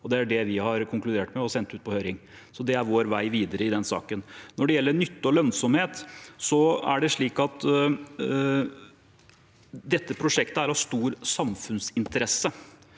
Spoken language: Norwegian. konkludert med og sendt ut på høring. Det er vår vei videre i den saken. Når det gjelder nytte og lønnsomhet, er det slik at dette prosjektet er av stor samfunnsinteresse.